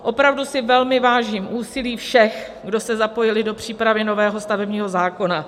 Opravdu si velmi vážím úsilí všech, kdo se zapojili do přípravy nového stavebního zákona.